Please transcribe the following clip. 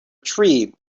tree